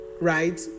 right